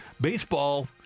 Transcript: baseball